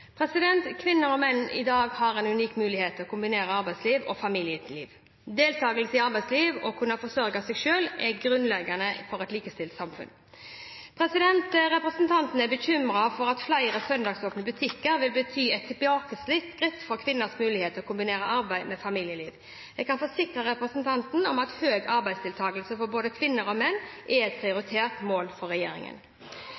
Kvinner og menn har i dag en unik mulighet til å kombinere arbeidsliv og familieliv. Deltakelse i arbeidslivet og å kunne forsørge seg selv er grunnleggende for et likestilt samfunn. Representanten er bekymret for om flere søndagsåpne butikker vil bety et tilbakeskritt for kvinners mulighet til å kombinere arbeid med familieliv. Jeg kan forsikre representanten om at høy arbeidsdeltakelse for både kvinner og menn er et prioritert mål for regjeringen.